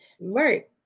right